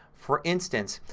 for instance,